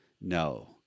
no